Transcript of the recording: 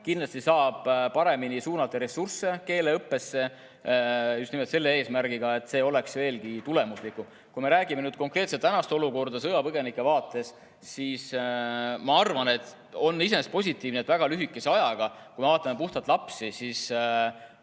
Kindlasti saab paremini suunata ressursse keeleõppesse just nimelt selle eesmärgiga, et see oleks veelgi tulemuslikum. Kui me räägime nüüd konkreetselt praegusest olukorrast sõjapõgenike vaates, siis ma arvan, et on iseenesest positiivne, et kui me vaatame puhtalt lapsi, siis